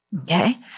Okay